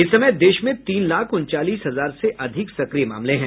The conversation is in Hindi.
इस समय देश में तीन लाख उनचालीस हजार से अधिक सक्रिय मामले हैं